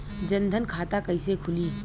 जनधन खाता कइसे खुली?